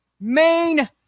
main